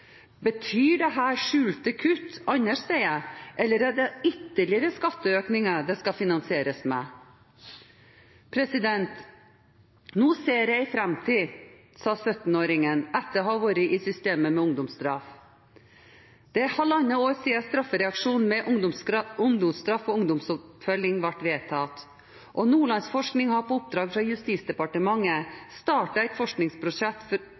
skjulte kutt andre steder, eller er det ytterligere skatteøkninger det skal finansieres med? Nå ser jeg en framtid, sa 17-åringen etter å ha vært i systemet med ungdomsstraff. Det er halvannet år siden straffereaksjonen med ungdomsstraff og ungdomsoppfølging ble vedtatt. Nordlandsforskning har på oppdrag fra Justisdepartementet startet et forskningsprosjekt for